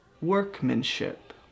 workmanship